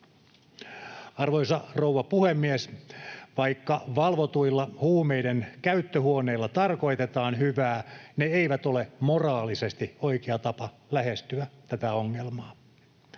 Arvoisa rouva puhemies! Vaikka valvotuilla huumeiden käyttöhuoneilla tarkoitetaan hyvää, ne eivät ole moraalisesti oikea tapa lähestyä tätä ongelmaa.